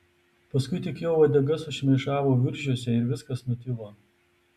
paskui tik jo uodega sušmėžavo viržiuose ir viskas nutilo